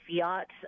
fiat